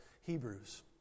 Hebrews